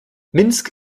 minsk